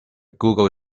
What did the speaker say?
google